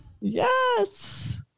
Yes